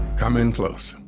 come in close.